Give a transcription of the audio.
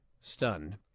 stunned